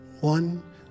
one